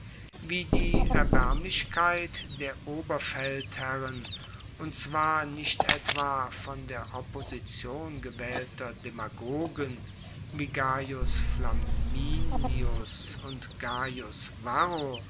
wie die erbaermlichkeit der oberfeldherren und zwar nicht etwa von der opposition gewaehlter demagogen wie gaius flaminius und gaius varro